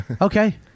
Okay